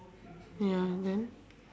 ya then